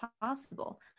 possible